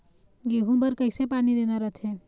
गेहूं बर कइसे पानी देना रथे?